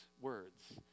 words